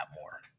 more